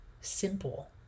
simple